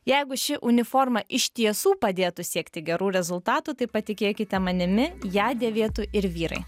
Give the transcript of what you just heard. jeigu ši uniforma iš tiesų padėtų siekti gerų rezultatų tai patikėkite manimi ją dėvėtų ir vyrai